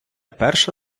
перша